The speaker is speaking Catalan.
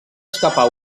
escapar